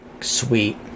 Sweet